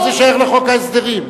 מה זה שייך לחוק ההסדרים?